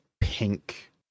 pink